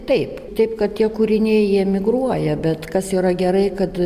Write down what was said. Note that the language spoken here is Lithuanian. taip taip kad tie kūriniai jie migruoja bet kas yra gerai kad